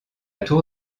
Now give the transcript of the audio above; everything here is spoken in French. tour